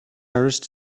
artist